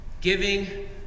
giving